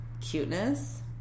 cuteness